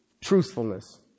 truthfulness